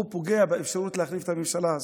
הוא פוגע באפשרות להחליף את הממשלה הזאת.